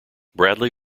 bradley